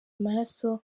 amaraso